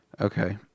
Okay